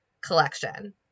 collection